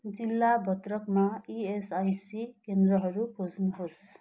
जिल्ला भद्रकमा इएसइसी केन्द्रहरू खोज्नुहोस्